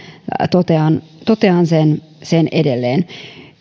totean totean sen sen edelleen